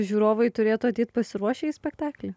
žiūrovai turėtų ateit pasiruošę į spektaklį